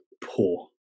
poor